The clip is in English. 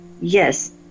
yes